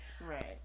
right